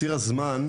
בציר הזמן,